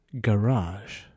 Garage